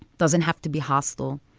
doesn't have to be hostile.